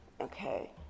Okay